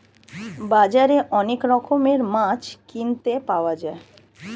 বাজারে অনেক রকমের মাছ কিনতে পাওয়া যায়